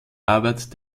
arbeit